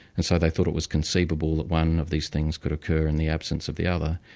and so they thought it was conceivable that one of these things could occur in the absence of the other,